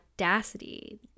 audacity